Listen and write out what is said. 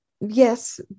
Yes